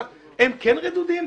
הם כן רדודים?